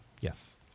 Yes